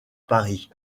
paris